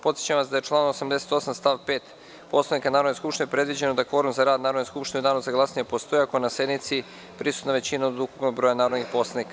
Podsećam vas da je članom 88. stav 5. Poslovnika Narodne skupštine predviđeno da kvorum za rad Narodne skupštine u danu za glasanje postoji ako je na sednici prisutna većina od ukupnog broja narodnih poslanika.